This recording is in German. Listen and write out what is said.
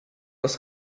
das